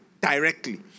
directly